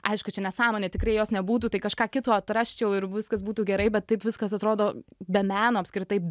aišku čia nesąmonė tikrai jos nebūtų tai kažką kito atrasčiau ir viskas būtų gerai bet taip viskas atrodo be meno apskritai